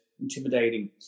intimidating